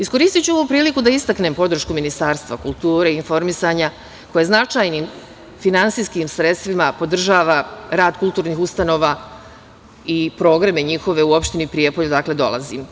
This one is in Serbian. Iskoristiću ovu priliku da istaknem podršku Ministarstvu kulture i informisanja, koje značajnim finansijskim sredstvima podržava rad kulturnih ustanova i programe njihove u opštini Prijepolje, odakle dolazim.